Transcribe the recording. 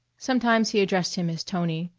sometimes he addressed him as tony,